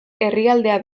herrialdea